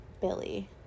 billy